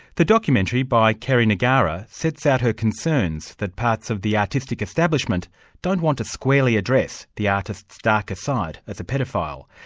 the documentary, by kerry negara, sets out her concerns that parts of the artistic establishment don't want to squarely address the artist's darker side as a paedophile.